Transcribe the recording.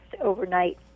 overnight